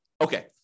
Okay